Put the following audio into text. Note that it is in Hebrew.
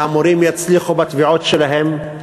והמורים יצליחו בתביעות שלהם,